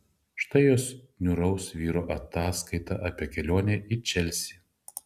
štai jos niūraus vyro ataskaita apie kelionę į čelsį